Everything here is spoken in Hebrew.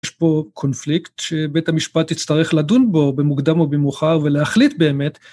יש פה קונפליקט שבית המשפט יצטרך לדון בו במוקדם או במאוחר ולהחליט באמת.